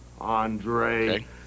Andre